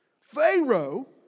Pharaoh